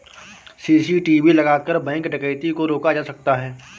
CCTV लगाकर bank डकैती को रोका जा सकता है